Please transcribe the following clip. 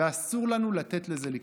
ואסור לנו לתת לזה לקרות.